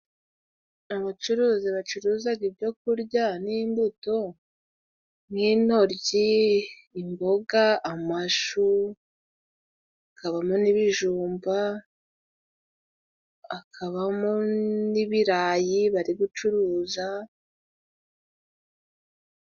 Abacuruzi bacuruzaga ibyo kurya n'imbuto n'intoryi, imboga, amashu, hakabamo n'ibijumba, hakabamo n'ibirayi bari gucuruza.